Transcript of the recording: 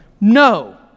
No